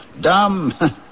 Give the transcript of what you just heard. Dumb